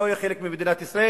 לא היו חלק ממדינת ישראל.